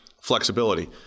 flexibility